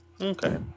Okay